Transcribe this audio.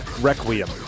Requiem